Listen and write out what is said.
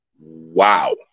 Wow